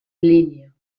línia